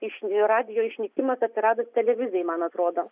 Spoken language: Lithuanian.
iš radijo išnykimas atsiradus televizijai man atrodo